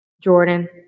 Jordan